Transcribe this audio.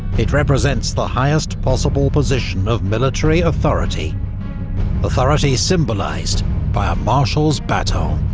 it represents the highest possible position of military authority authority symbolised by a marshal's baton.